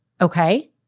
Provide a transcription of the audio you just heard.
okay